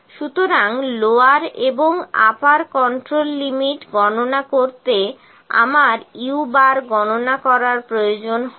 সুতরাং লোয়ার এবং upper control limit গণনা করতে আমার u গণনা করার প্রয়োজন হবে